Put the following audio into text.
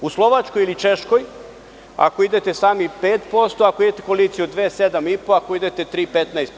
U Slovačkoj ili Češkoj, ako idete sami 5%, ako idete u koaliciju od dve 7,5%, ako idete tri 15%